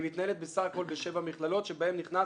היא מתנהלת בסך הכול בשבע מכללות שבהן נכנס